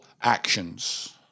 actions